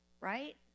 right